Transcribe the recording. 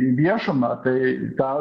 į viešumą tai tą